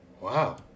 Wow